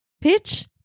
pitch